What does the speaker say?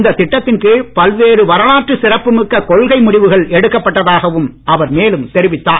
இந்த திட்டத்தின் கீழ் பல்வேறு வரலாற்று சிறப்புமிக்க கொள்கை முடிவுகள் எடுக்கப்பட்டதாகவும் அவர் மேலும் தெரிவித்தார்